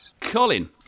Colin